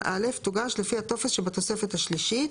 (א) תוגש לפי הטופס שבתוספת השלישית.